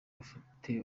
afite